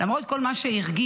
למרות כל מה שהרגיש,